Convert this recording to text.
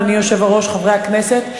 אדוני היושב-ראש וחברי הכנסת,